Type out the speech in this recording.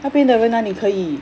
那边的人哪里可以